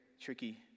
tricky